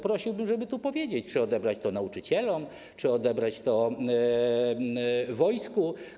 Prosiłbym, żeby powiedzieć, czy mamy odebrać je nauczycielom, czy odebrać je wojsku.